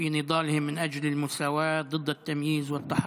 על מאבקם לשוויון ונגד האפליה וההסתה.)